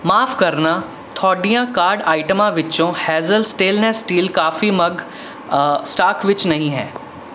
ਮਾਫ਼ ਕਰਨਾ ਤੁਹਾਡੀਆਂ ਕਾਰਟ ਆਈਟਮਾਂ ਵਿੱਚੋਂ Hazel stainless steel coffee mug stock ਵਿੱਚ ਨਹੀਂ ਹੈ